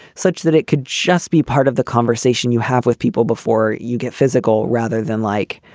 such that it could just be part of the conversation you have with people before you get. physical rather than like,